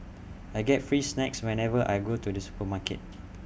I get free snacks whenever I go to the supermarket